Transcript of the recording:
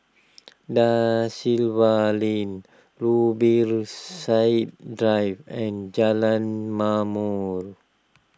Da Silva Lane Zubir Said Drive and Jalan Ma'mor